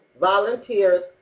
volunteers